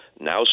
now